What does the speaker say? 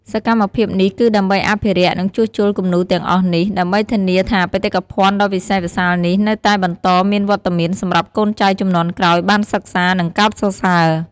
សកម្មភាពនេះគឺដើម្បីអភិរក្ស និងជួសជុលគំនូរទាំងអស់នេះ ដើម្បីធានាថាបេតិកភណ្ឌដ៏វិសេសវិសាលនេះនៅតែបន្តមានវត្តមានសម្រាប់កូនចៅជំនាន់ក្រោយបានសិក្សា និងកោតសរសើរ។